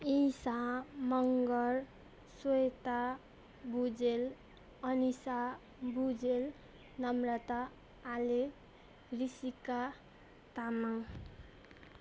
Isa Magar Sweta Bhujel Anisha Bhujel Namrata Ale Rishika Tamang